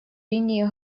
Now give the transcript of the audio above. линии